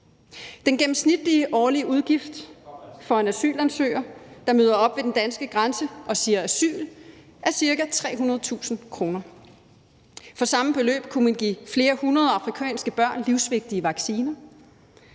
Den gennemsnitlige årlige udgift for en asylansøger, der møder op ved den danske grænse og siger »asyl«, er cirka 300.000 kr. For samme beløb kunne man give flere hundrede afrikanske børn livsvigtige vacciner.